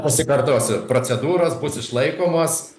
pasikartosiu procedūros bus išlaikomos